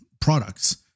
products